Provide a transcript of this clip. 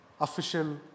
official